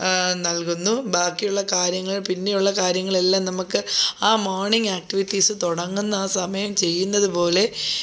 നൽകുന്നു ബാക്കിയുള്ള കാര്യങ്ങൾ പിന്നെയുള്ള കാര്യങ്ങളെല്ലാം നമുക്ക് ആ മോർണിങ് ആക്ടിവിറ്റീസ് തുടങ്ങുന്ന ആ സമയം ചെയ്യുന്നതുപോലെ